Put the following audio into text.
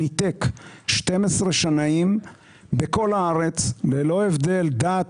ניתק 12 שנאים בכל הארץ ללא הבדל דת,